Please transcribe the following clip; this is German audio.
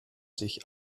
sich